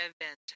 event